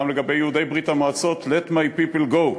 גם לגבי יהודי ברית-המועצות: Let my people go.